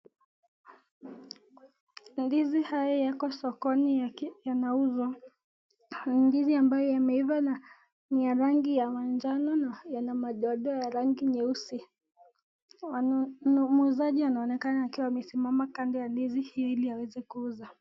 Ndizi haya yako sokoni yanaunzwa. Ndizi ambayo yameiva na niya rangi ya manjano na yana madoa doa ya ragi nyeusi. Muuzaji anaonekana akiwa amesimama kando ya ndizi ili aweze kuuza.